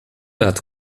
lat